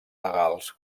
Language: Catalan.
legals